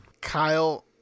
Kyle